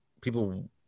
people